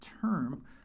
term